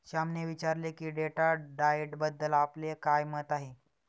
श्यामने विचारले की डेट डाएटबद्दल आपले काय मत आहे?